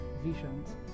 visions